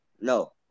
No